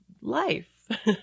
life